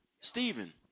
Stephen